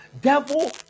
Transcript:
Devil